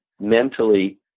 mentally